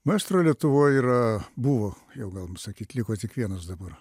maestro lietuvoj yra buvo jau galima sakyt liko tik vienas dabar